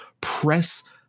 press